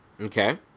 Okay